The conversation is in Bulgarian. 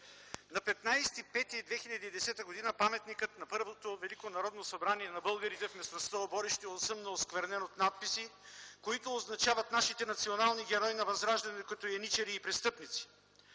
На 15 май 2010 г. паметникът на Първото Велико Народно събрание на българите в местността „Оборище” осъмна осквернен от надписи, които означават нашите национални герои на Възраждането като еничари и престъпници.